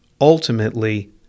ultimately